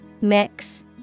Mix